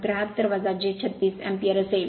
73 j 36 ampere असेल